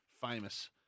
famous